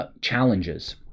Challenges